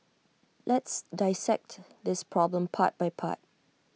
let's dissect this problem part by part